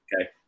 okay